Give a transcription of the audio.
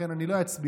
לכן אני לא אצביע,